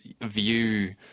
view